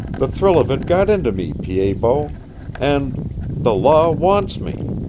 the thrill of it got into me, pied-bot, and the law wants me!